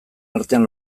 artean